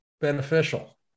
beneficial